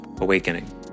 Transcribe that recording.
awakening